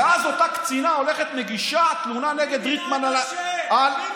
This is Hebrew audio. ואז אותה קצינה הולכת ומגישה תלונה נגד ריטמן על הטרדה.